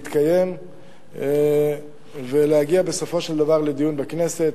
להתקיים ולהגיע, בסופו של דבר, לדיון בכנסת.